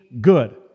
good